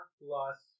plus